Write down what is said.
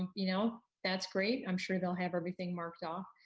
you know that's great. i'm sure they'll have everything marked off,